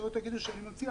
שלא תגידו שאני ממציא,